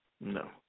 No